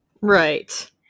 Right